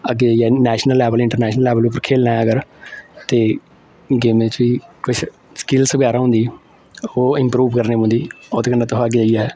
अग्गें जाइयै national level international level उप्पर खेलने अगर ते गेमें च बी कुछ स्किल्स बगैरा होंदी ओह् इम्प्रूव करनी पौंदी ओह्दे कन्नै तुसें अग्गें जाइयै फिर बौह्त